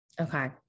Okay